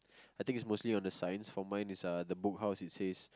I think it's mostly on the signs for mine is uh the Book House it says